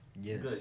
yes